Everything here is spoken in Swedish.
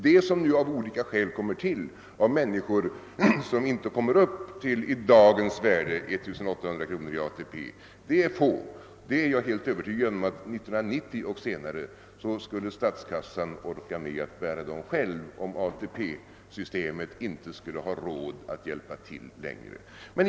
De människor som nu kommer med i systemet och inte kommer upp till tröskelnivån, i dagens penningvärde 1800 kronor, är få. Jag är helt övertygad om att 1990 eller senare skulle stats kassan orka med att själv bära de kostnaderna om ATP-systemet inte klarar dem.